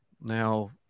Now